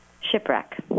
Shipwreck